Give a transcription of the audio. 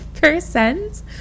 percent